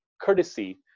courtesy